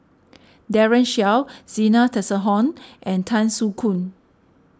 Daren Shiau Zena Tessensohn and Tan Soo Khoon